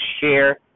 share